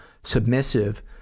submissive